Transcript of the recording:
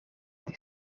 die